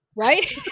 Right